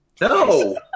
No